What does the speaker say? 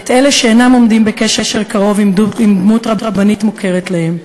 אלה שאינם עומדים בקשר קרוב עם דמות רבנית מוכרת להם.